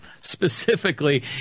specifically